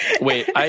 Wait